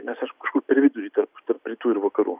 mes aišku kažkur per vidurį tarp rytų ir vakarų